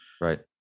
Right